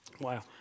Wow